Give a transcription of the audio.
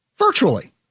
virtually